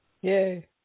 Yay